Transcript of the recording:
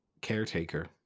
caretaker